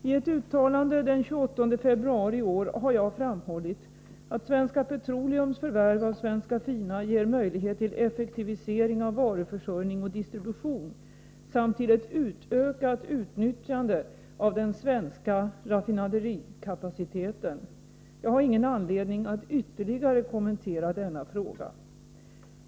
I ett uttalande den 28 februari i år har jag framhållit att Svenska Petroleums förvärv av Svenska Fina ger möjlighet till effektivisering av varuförsörjning och distribution samt till ett utökat utnyttjande av den svenska raffinaderikapaciteten. Jag har ingen anledning att ytterligare kommentera denna fråga.